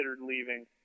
leaving